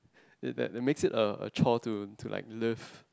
it that that makes it a a chore to like live